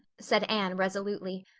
said anne resolutely.